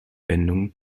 wendungen